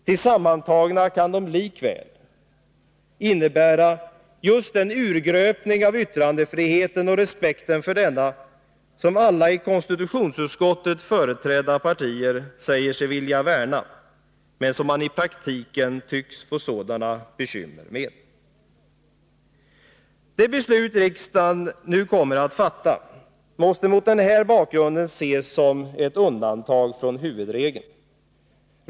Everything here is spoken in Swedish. Tillsammantagna kan de likväl innebära just den urgröpning av yttrandefriheten och respekten för denna som alla i konstitutionsutskottet företrädda partier säger sig vilja värna, men som flera i praktiken ändå får sådana bekymmer med. Det beslut riksdagen nu kommer att fatta måste mot den här bakgrunden ses som ett undantag från huvudregeln.